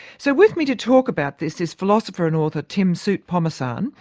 so with me to talk about this is philosopher and author tim soutphommasane,